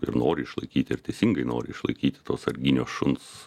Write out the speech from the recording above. ir nori išlaikyti ir teisingai nori išlaikyti to sarginio šuns